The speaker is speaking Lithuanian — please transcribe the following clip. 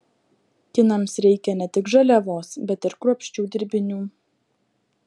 kinams reikia ne tik žaliavos bet ir kruopščių dirbinių